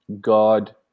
God